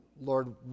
Lord